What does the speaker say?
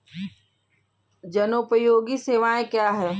जनोपयोगी सेवाएँ क्या हैं?